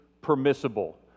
permissible